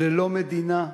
ללא מדינה,